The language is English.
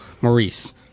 Maurice